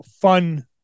fun